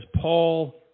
Paul